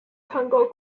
congo